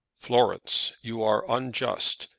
florence, you are unjust.